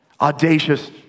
audacious